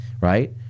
right